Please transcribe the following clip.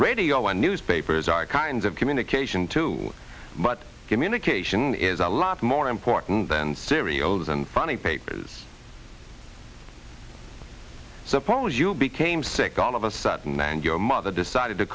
radio and newspapers are kinds of communication too but communication is a lot more important than cereals and funny papers suppose you became sick all of a sudden and your mother decided to